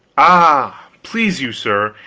ah, please you sir,